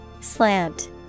Slant